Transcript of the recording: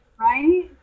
right